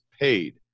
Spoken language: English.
paid